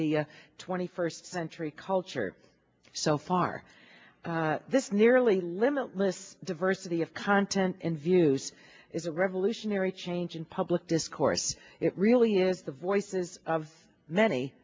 the twenty first century culture so far this nearly limitless diversity of content and views is a revolutionary change in public discourse it really is the voices of many